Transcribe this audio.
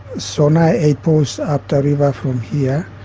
sonai aid post up the river from here.